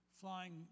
flying